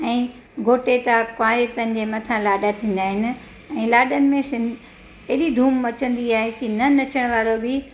ऐं घोटे था कुंवारेतनि जे मथां लाॾा थींदा आहिनि ऐं लाॾनि में सिंध एॾी धूम मचंदी आहे की न नचण वारो बि